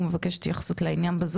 הוא מבקש התייחסות לעניין.